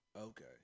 Okay